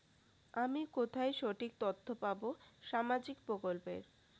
আমি কোথায় সঠিক তথ্য পাবো সামাজিক প্রকল্পের?